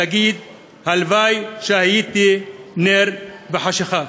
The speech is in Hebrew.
אמור: הלוואי שהייתי נר בחשכה.